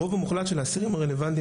הרוב המוחלט של האסירים הרלוונטיים